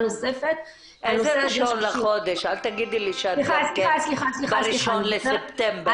אל תגידי לי ב-1 לספטמבר.